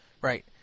Right